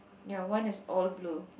ya one is all blue